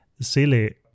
silly